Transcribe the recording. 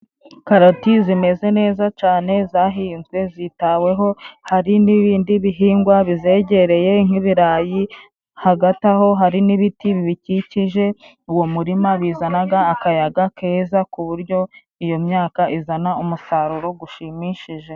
Karoti zimeze neza cyane zahinzwe zitaweho. Hari n'ibindi bihingwa bizegereye nk'ibirayi, hagati aho hari n'ibiti bikikije uwo murima bizanaga akayaga keza ku buryo iyo myaka izana umusaruro gushimishije.